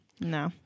No